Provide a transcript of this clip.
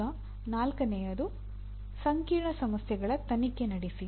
ಈಗ ನಾಲ್ಕನೆಯದು ಸಂಕೀರ್ಣ ಸಮಸ್ಯೆಗಳ ತನಿಖೆ ನಡೆಸಿ